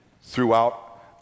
throughout